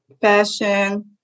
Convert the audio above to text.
fashion